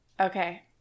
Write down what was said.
Okay